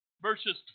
verses